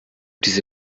diese